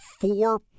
four